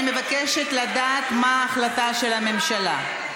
אני מבקשת לדעת מה ההחלטה של הממשלה.